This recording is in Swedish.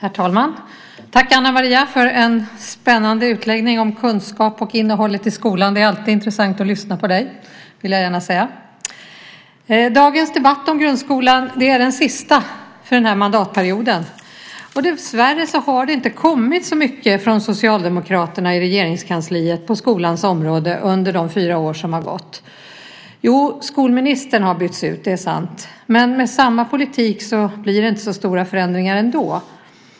Herr talman! Tack, Ana Maria, för en spännande utläggning om kunskap och innehållet i skolan. Det är alltid intressant att lyssna på dig. Det vill jag gärna säga. Dagens debatt om grundskolan är den sista för den här mandatperioden, och dessvärre har det inte kommit så mycket från Socialdemokraterna i Regeringskansliet på skolans område under de fyra år som har gått. Jo, skolministern har bytts ut, det är sant. Men med samma politik blir det inte så stora förändringar ändå.